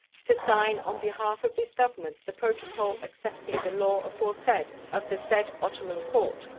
to sign on behalf of this government the protocol accepting the law aforesaid of the said ottoman porte,